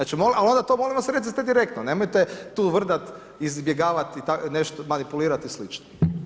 Ali onda to molim vas recite direktno, nemojte tu vrdat, izbjegavati nešto, manipulirati i slično.